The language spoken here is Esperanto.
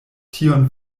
tion